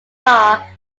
bar